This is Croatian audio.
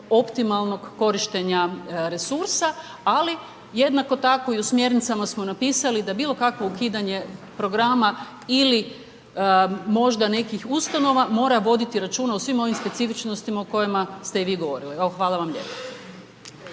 optimalnog korištenja resursa, ali jednako tako i u smjernicama smo napisali da bilo kakvo ukidanje programa ili možda nekih ustanova mora voditi računa o svim ovim specifičnostima o kojima ste i vi govorili. Evo, hvala vam lijepo.